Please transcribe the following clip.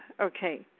Okay